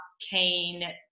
keen